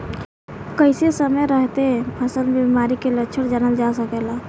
कइसे समय रहते फसल में बिमारी के लक्षण जानल जा सकेला?